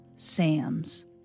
Sam's